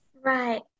right